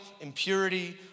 impurity